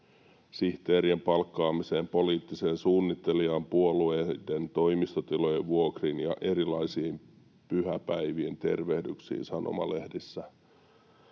sihteerien palkkaamiseen, poliittiseen suunnittelijaan, puolueiden toimistotilojen vuokriin ja erilaisiin pyhäpäivien tervehdyksiin sanomalehdissä.